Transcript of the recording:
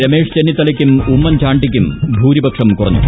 രമേശ് ചെന്നിത്തലയ്ക്കും ഉമ്മൻചാണ്ടിക്കും ഭൂരിപക്ഷം കുറഞ്ഞു